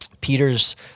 Peter's